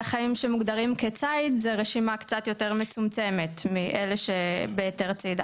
שמוגדרים כציד זה רשימה קצת יותר מצומצמת מאלה שבהיתר צידה,